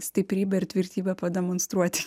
stiprybę ir tvirtybę pademonstruoti